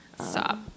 Stop